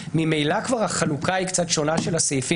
ממילא כבר החלוקה של הסעיפים קצת שונה.